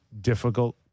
difficult